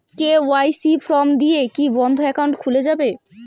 KYC form দিয়ে কি বন্ধ একাউন্ট খুলে যাবে?